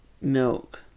milk